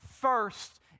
first